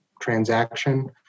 transaction